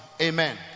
Amen